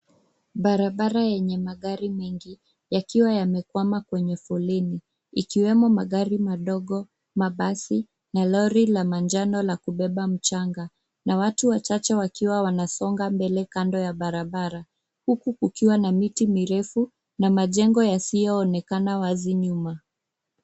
Barabara yenye magari mengi, yakiwa yamekwama kwenye foleni. Ikiwemo magari madogo, mabasi, na lori la manjano la kubeba mchanga, na watu wachache wakiwa wanasonga mbele kando ya barabara. huku kukiwa na miti mirefu na majengo yasiyoonekana wazi nyuma.